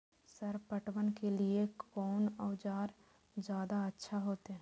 Sir पटवन के लीऐ कोन औजार ज्यादा अच्छा होते?